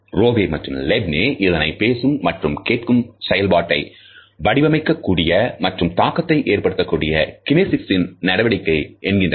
Rowe மற்றும் Levine இதனை பேசும் மற்றும் கேட்கும் செயல்பாட்டை வடிவமைக்க கூடிய மற்றும் தாக்கத்தை ஏற்படுத்தக்கூடிய கினேசிக்ஸ் நடவடிக்கை என்கின்றனர்